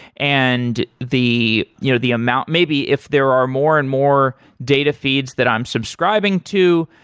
and the you know the amount maybe if there are more and more data feeds that i am subscribing to,